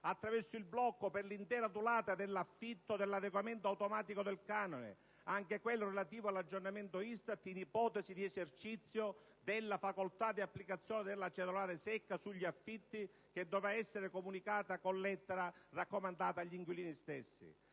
attraverso il blocco per l'intera durata dell'affitto dell'adeguamento automatico del canone, anche quello relativo all'aggiornamento ISTAT, in ipotesi di esercizio della facoltà di applicazione della cedolare secca sugli affitti, che dovrà essere comunicata con lettera raccomandata agli inquilini stessi.